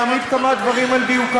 המהפכה של המאבק באלימות